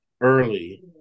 early